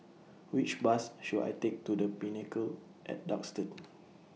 Which Bus should I Take to The Pinnacle At Duxton